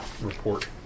report